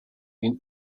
ihn